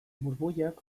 burbuilak